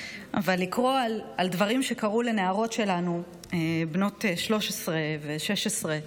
לקרוא על דברים שקרו לנערות שלנו, בנות 13 ו-16,